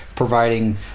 providing